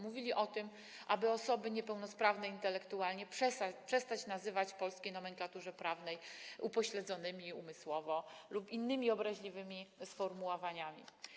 Mówili o tym, aby osoby niepełnosprawne intelektualnie przestać nazywać w polskiej nomenklaturze prawnej upośledzonymi umysłowo lub określać innymi obraźliwymi sformułowaniami.